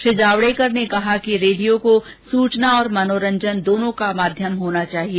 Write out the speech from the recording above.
श्री जावडेकर ने कहा कि रेडियो को सूचना और मनोरंजन दोनों का माध्यम होना चाहिए